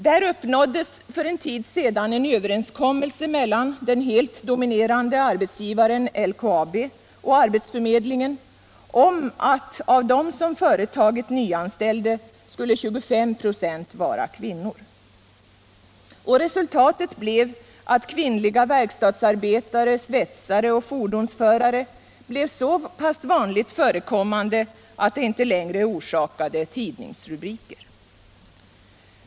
Där uppnåddes för en tid sedan en överenskommelse mellan den helt dominerande arbetsgivaren LKAB och arbetsförmedlingen om att av dem som företaget nyanställde skulle 25 26 vara kvinnor. Och resultatet blev att kvinnliga verkstadsarbetare, svetsare och fordonsförare blev så pass vanligt förekommande att det inte längre orsakade tidningsrubriker.